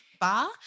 bar